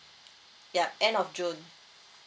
yup end of june